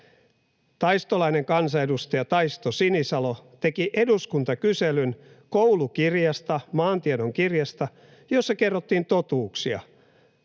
taistolainen kansanedustaja Taisto Sinisalo teki eduskuntakyselyn koulukirjasta, maantiedon kirjasta, jossa kerrottiin totuuksia